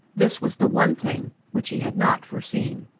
this was the one thing which he had not foreseen.